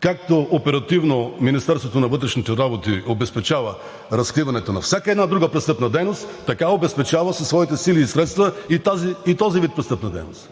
Както оперативно Министерството на вътрешните работи обезпечава разкриването на всяка една друга престъпна дейност, така обезпечава със своите сили и средства и този вид престъпна дейност.